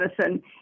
medicine